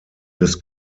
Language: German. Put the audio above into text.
des